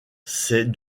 s’est